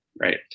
right